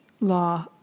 law